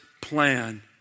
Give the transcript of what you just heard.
plan